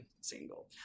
single